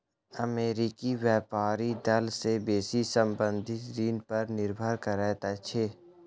अमेरिकी व्यापारी दल के बेसी संबंद्ध ऋण पर निर्भर करैत अछि